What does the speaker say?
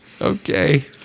Okay